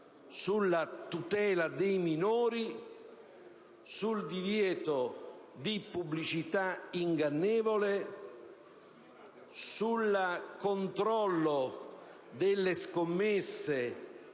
sulla tutela dei minori, sul divieto di pubblicità ingannevole, sul controllo delle scommesse